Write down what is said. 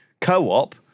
Co-op